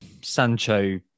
Sancho